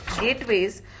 gateways